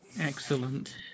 Excellent